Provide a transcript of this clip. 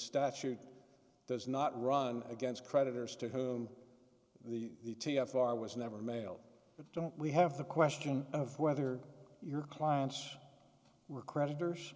statute does not run against creditors to whom the t f r was never mailed but don't we have the question of whether your clients were creditors